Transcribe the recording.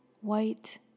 white